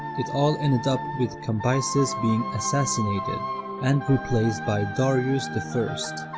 it all ended up with cambyses being assassinated and replaced by darius the first.